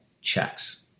checks